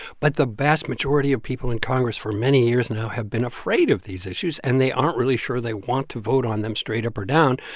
but the vast majority of people in congress for many years now have been afraid of these issues, and they aren't really sure they want to vote on them straight up or down.